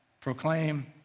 Proclaim